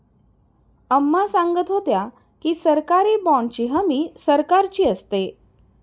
अम्मा सांगत होत्या की, सरकारी बाँडची हमी सरकारची असते